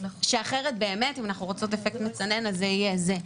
אחרת אם אנחנו רוצות אפקט מצנן אז זה יהיה זה.